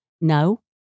no